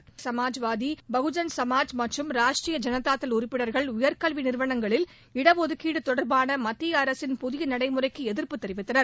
முன்னதாக பேசிய சமாஜ்வாதி பகுஜன் சமாஜ் மற்றும் ராஷ்ட்ரிய ஜனதாதள உறுப்பினா்கள் உயர்கல்வி நிறுவனங்களில் இடஒதுக்கீடு தொடர்பான மத்திய அரசின் புதிய நடைமுறைக்கு எதிர்ப்பு தெரிவித்தனர்